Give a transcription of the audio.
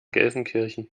gelsenkirchen